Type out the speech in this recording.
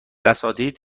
اساتید